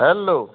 hello